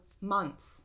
months